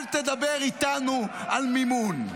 אל תדבר איתנו על מימון.